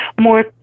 more